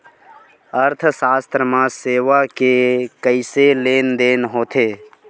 अर्थशास्त्र मा सेवा के कइसे लेनदेन होथे?